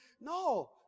No